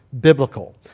biblical